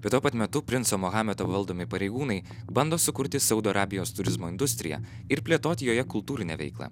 bet tuo pat metu princo mohamedo valdomi pareigūnai bando sukurti saudo arabijos turizmo industriją ir plėtoti joje kultūrinę veiklą